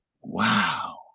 wow